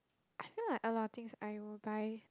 I feel like a lot of things I will buy